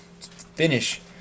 finish